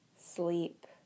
sleep